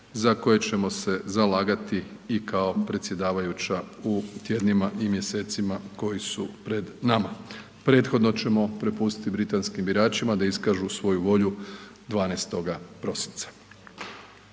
za koje ćemo se zalagati i kao predsjedavajuća u tjednima i mjesecima koji su pred nama. Prethodno ćemo prepustiti britanskim biračima da iskažu svoju volju 12. prosinca.